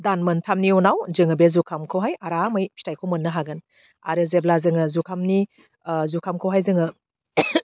दान मोनथामनि उनाव जोङो बे जुखामखौहाय आरामै फिथाइखौ मोननो हागोन आरो जेब्ला जोङो जुखामनि ओह जुखामखौहाय जोङो